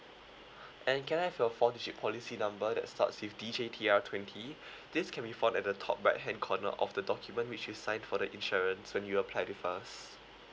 and can I have your four digit policy number that starts with D J T R twenty this can be found at the top right hand corner of the document which you signed for the insurance when you applied with us